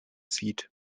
zieht